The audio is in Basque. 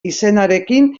izenarekin